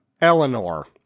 Eleanor